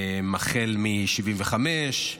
החל מ-1975,